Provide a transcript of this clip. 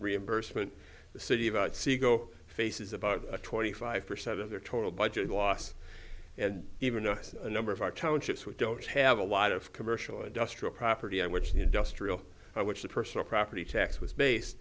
reimbursement the city about sego faces about twenty five percent of their total budget loss and even us a number of our townships which don't have a lot of commercial industrial property which the industrial i which the personal property tax was